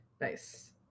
Nice